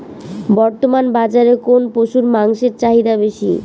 বর্তমান বাজারে কোন পশুর মাংসের চাহিদা বেশি?